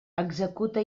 executa